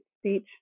speech